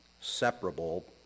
separable